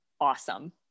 awesome